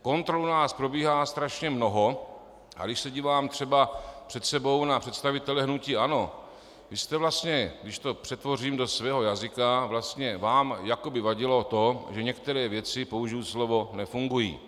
Kontrol u nás probíhá strašně mnoho, a když se dívám třeba před sebou na představitele hnutí ANO, vy jste vlastně, když to přetvořím do svého jazyka, vlastně vám jako by vadilo to, že některé věci použiju slovo nefungují.